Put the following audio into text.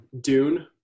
dune